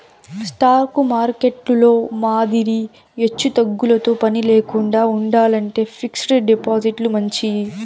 stock మార్కెట్టులో మాదిరి ఎచ్చుతగ్గులతో పనిలేకండా ఉండాలంటే ఫిక్స్డ్ డిపాజిట్లు మంచియి